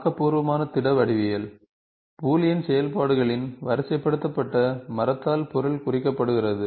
ஆக்கபூர்வமான திட வடிவியல் பூலியன் செயல்பாடுகளின் வரிசைப்படுத்தப்பட்ட மரத்தால் பொருள் குறிக்கப்படுகிறது